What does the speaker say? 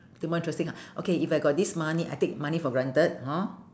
to more interesting ah okay if I got this money I take money for granted hor